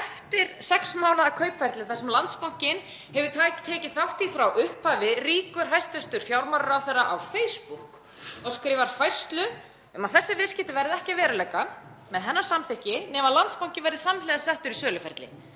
eftir sex mánaða kaupferli sem Landsbankinn hefur tekið þátt í frá upphafi, rýkur hæstv. fjármálaráðherra á Facebook og skrifar færslu um að þessi viðskipti verði ekki að veruleika með hennar samþykki nema Landsbankinn verði samhliða settur í söluferli